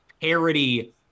parody